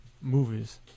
Movies